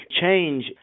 change